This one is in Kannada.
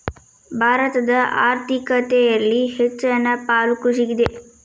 ಭಾರತದ ಆರ್ಥಿಕತೆಯಲ್ಲಿ ಹೆಚ್ಚನ ಪಾಲು ಕೃಷಿಗಿದೆ